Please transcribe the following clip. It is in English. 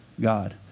God